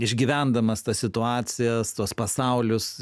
išgyvendamas tas situacijas tuos pasaulius